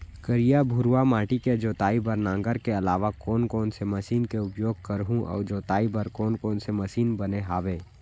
करिया, भुरवा माटी के जोताई बर नांगर के अलावा कोन कोन से मशीन के उपयोग करहुं अऊ जोताई बर कोन कोन से मशीन बने हावे?